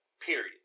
period